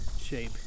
shape